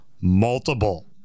multiple